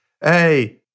hey